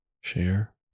share